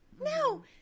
No